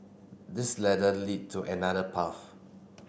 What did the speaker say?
this ladder lead to another path